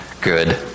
good